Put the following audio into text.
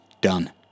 done